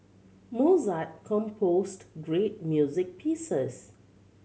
Mozart composed great music pieces